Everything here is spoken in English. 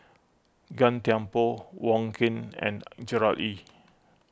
Gan Thiam Poh Wong Keen and Gerard Ee